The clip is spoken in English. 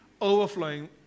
overflowing